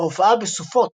ההופעה בסופוט